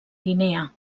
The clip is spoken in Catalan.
guinea